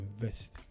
invest